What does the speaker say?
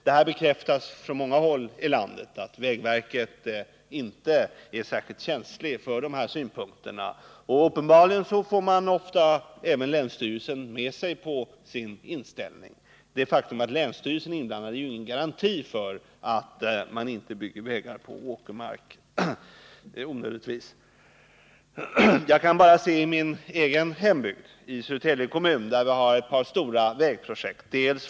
Det bekräftas från många håll i landet att vägverket inte är särskilt känsligt för sådana synpunkter, och uppenbarligen får verket ofta länsstyrelsen med sig i sin inställning. Det faktum att länsstyrelsen är inblandad är ju ingen garanti för att det inte onödigtvis byggs vägar på åkermark. Jag kan se det här i min egen hembygd, Södertälje kommun, där vi har ett par stora vägprojekt.